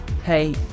Hey